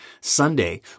Sunday